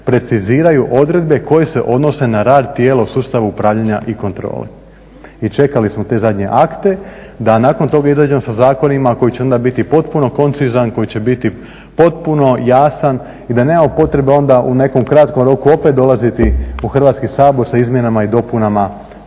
preciziraju odredbe koje se odnose na rad tijela u sustavu upravljanja i kontrole. I čekali smo te zadnje akte da nakon toga izađemo sa zakonima koji će onda biti potpuno koncizan, koji će biti potpuno jasan i da nemamo potrebe onda u nekom kratkom roku opet dolaziti u Hrvatski sabor sa izmjenama i dopunama